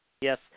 Yes